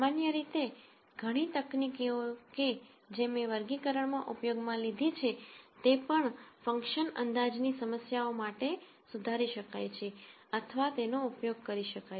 સામાન્ય રીતે ઘણી તકનીકીઓ કે જે મેં વર્ગીકરણમાં ઉપયોગમાં લીધી છે તે પણ ફંક્શન અંદાજની સમસ્યાઓ માટે સુધારી શકાય છે અથવા તેનો ઉપયોગ કરી શકાય છે